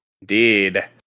Indeed